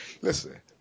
Listen